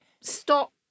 stop